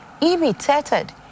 imitated